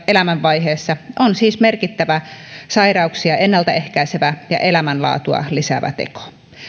elämänvaiheessa on siis merkittävä sairauksia ennaltaehkäisevä ja elämänlaatua lisäävä teko